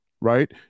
right